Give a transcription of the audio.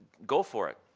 go for it.